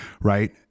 right